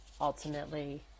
ultimately